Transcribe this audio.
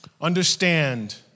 understand